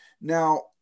Now